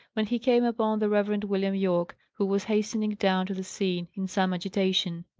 when he came upon the reverend william yorke, who was hastening down to the scene, in some agitation.